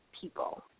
people